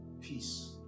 peace